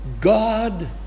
God